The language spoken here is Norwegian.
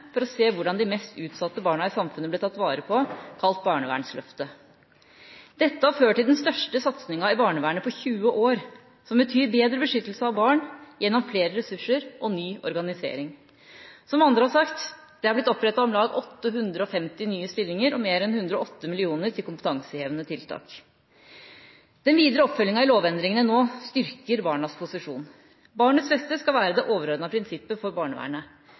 for å se hvordan de mest utsatte barna i samfunnet ble tatt vare på, kalt barnevernsløftet. Dette har ført til den største satsinga i barnevernet på 20 år, som betyr bedre beskyttelse av barn gjennom flere ressurser og ny organisering. Som andre har sagt, har det blir opprettet om lag 850 nye stillinger og bevilget mer enn 108 mill. kr til kompetansehevende tiltak. Den videre oppfølginga i lovendringene styrker barnas posisjon. Barnets beste skal være det overordnede prinsippet for barnevernet.